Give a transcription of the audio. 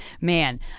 Man